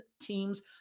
teams